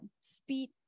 speed